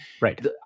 Right